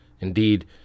Indeed